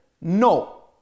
No